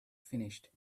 finished